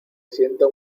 siento